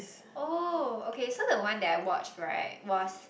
oh okay so the one that I watched right was